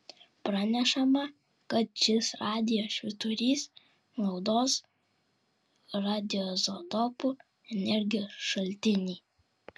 pranešama kad šis radijo švyturys naudos radioizotopų energijos šaltinį